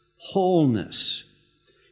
wholeness